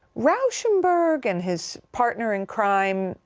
rauschenberg and his partner in crime,